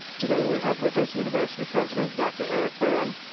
today we have with us university president, dr. eric barron,